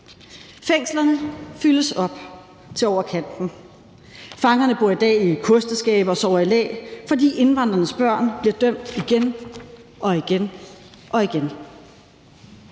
Fængslerne fyldes op til over kanten. Fangerne bor i dag i kosteskabe og sover i lag, fordi indvandrernes børn bliver dømt igen og igen. Er det